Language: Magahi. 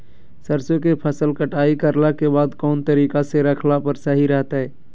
सरसों के फसल कटाई करला के बाद कौन तरीका से रखला पर सही रहतय?